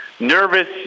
Nervous